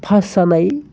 pass जानाय